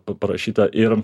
pa parašyta ir